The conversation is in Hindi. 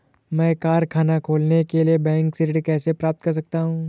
मैं कारखाना खोलने के लिए बैंक से ऋण कैसे प्राप्त कर सकता हूँ?